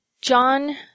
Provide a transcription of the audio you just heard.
John